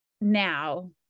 now